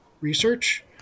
research